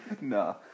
No